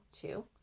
Two